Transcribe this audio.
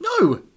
No